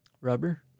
Rubber